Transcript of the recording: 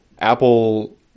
Apple